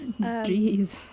Jeez